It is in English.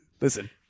Listen